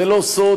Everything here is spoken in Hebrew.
זה לא סוד,